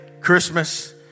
Christmas